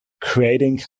creating